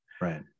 Right